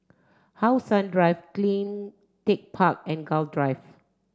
how Sun Drive Clean Tech Park and Gul Drive